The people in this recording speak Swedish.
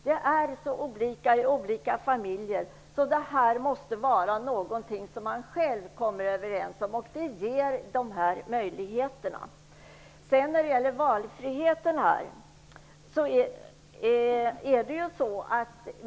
Det är så olika i olika familjer, så detta måste vara något som man själv kommer överens om. De möjligheterna ges i förslaget.